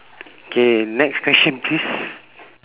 K next question please